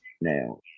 now